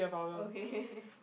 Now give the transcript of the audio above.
okay